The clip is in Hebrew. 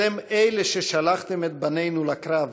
אתם אלה ששלחתם את בנינו לקרב,